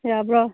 ꯌꯥꯕ꯭ꯔꯣ